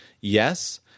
yes